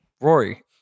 Rory